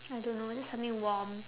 I don't know just something warm